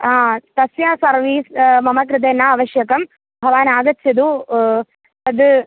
हा तस्य सर्वीस् मम कृते न आवश्यकं भवान् आगच्छतु तद्